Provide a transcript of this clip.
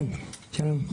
שלום,